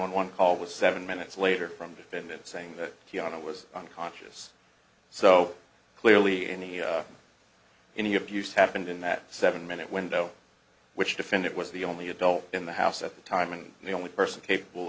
one one call was seven minutes later from defendant saying that he thought i was unconscious so clearly any abuse happened in that seven minute window which defend it was the only adult in the house at the time and the only person capable